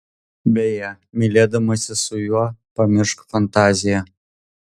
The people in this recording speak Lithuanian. beje mylėdamasi su juo pamiršk fantaziją